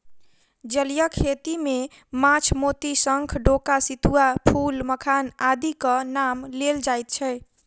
जलीय खेती मे माछ, मोती, शंख, डोका, सितुआ, फूल, मखान आदिक नाम लेल जाइत छै